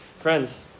Friends